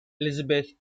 elizabeth